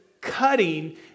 cutting